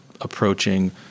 approaching